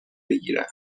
بگیرند